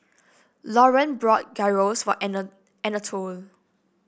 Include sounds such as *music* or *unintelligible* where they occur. Lauren bought Gyros for *unintelligible* Anatole